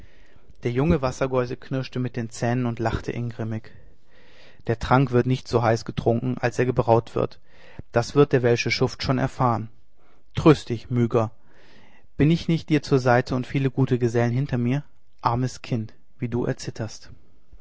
der junge wassergeuse knirschte mit den zähnen und lachte ingrimmig der trank wird nicht so heiß getrunken als er gebraut wird das wird der welsche schuft schon erfahren tröst dich myga bin ich nicht dir zur seite und viele gute gesellen hinter mir armes kind wie du erzitterst